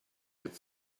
had